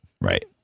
Right